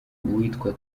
uwitwa